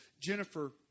Jennifer